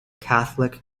catholic